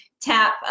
tap